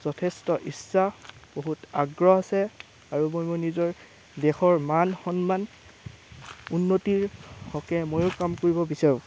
যথেষ্ট ইচ্ছা বহুত আগ্ৰহ আছে আৰু মই মোৰ নিজৰ দেশৰ মান সন্মান উন্নতিৰ হকে মইয়ো কাম কৰিব বিচাৰোঁ